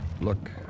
Look